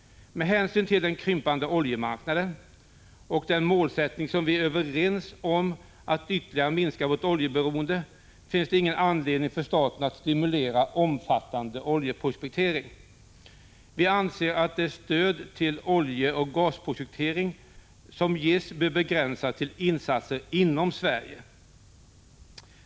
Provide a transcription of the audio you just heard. Med hänsyn till den krympande oljemarknaden och den målsättning som vi är överens om, att ytterligare minska vårt oljeberoende, finns det ingen anledning för staten att stimulera omfattande oljeprospektering. Vi anser att stöd till oljeoch gasprospektering bör begränsas till insatser inom Sverige.